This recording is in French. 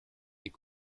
est